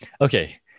Okay